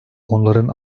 onların